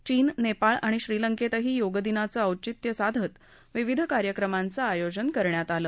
चीन नेपाळ आणि श्रीलंकेतही योगदिनाचं औचित्य साधत विविध कार्यक्रमाचं आयोजन करण्यात आलं